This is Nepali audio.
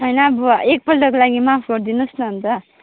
होइन अब एकपल्टको लागि माफ गरिदिनु होस् न अन्त